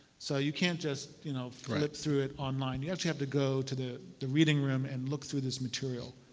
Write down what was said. so you can't just you know flip through it online. you actually have to go to the the reading room and look through this material.